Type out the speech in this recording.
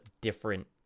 different